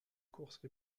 courses